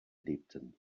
lebten